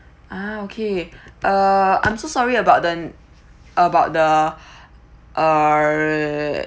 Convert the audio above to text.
ah okay uh I'm so sorry about the about the err